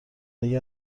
اگر